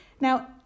Now